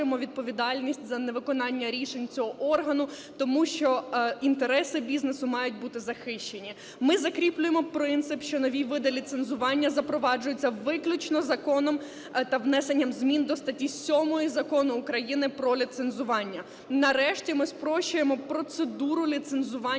відповідальність за невиконання рішень цього органу, тому що інтереси бізнесу мають бути захищені. Ми закріплюємо принцип, що нові види ліцензування запроваджуються виключно законом та внесенням змін до статті 7 Закону України про ліцензування. Нарешті ми спрощуємо процедуру ліцензування